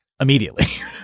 immediately